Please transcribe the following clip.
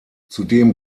zudem